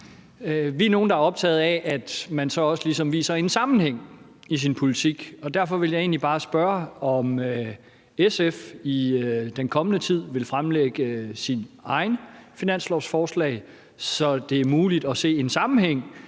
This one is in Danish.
Vi er nogle, der er optagede af, at man så også ligesom viser en sammenhæng i sin politik. Derfor vil jeg egentlig bare spørge, om SF i den kommende tid vil fremlægge sit eget finanslovsforslag, så det er muligt at se en sammenhæng